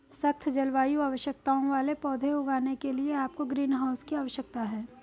सख्त जलवायु आवश्यकताओं वाले पौधे उगाने के लिए आपको ग्रीनहाउस की आवश्यकता है